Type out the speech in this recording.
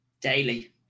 DAILY